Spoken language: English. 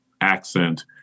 accent